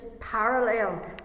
parallel